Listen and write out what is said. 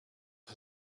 her